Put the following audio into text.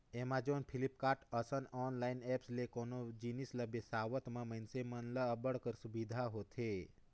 Amazon, Flipkart, असन online apps ले कोनो जिनिस ल बिसावत म मइनसे मन ल अब्बड़ कर सुबिधा होथे